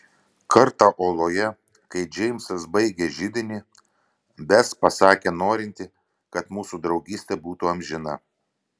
kartą oloje kai džeimsas baigė židinį bes pasakė norinti kad mūsų draugystė būtų amžina